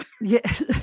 Yes